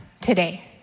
today